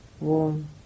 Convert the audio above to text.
warm